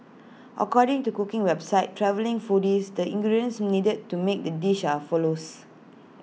according to cooking website travelling foodies the ingredients needed to make the dish are follows